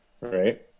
Right